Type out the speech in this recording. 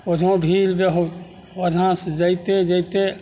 ओइ जँ भीड़ रहय ओइजाँ से जाइते जाइते